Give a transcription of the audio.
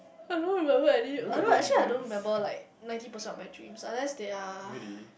I don't know remember any I don't actually I don't remember like ninety percent of my dreams unless they are